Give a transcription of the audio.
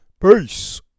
Peace